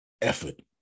Effort